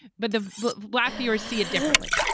but the but black viewers see it differently.